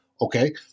Okay